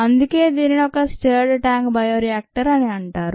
అందుకే దీనిని ఒక స్టిర్డ్ ట్యాంక్ బయో రియాక్టర్ అని అంటారు